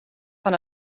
van